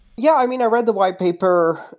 yeah. i mean, i read the white paper,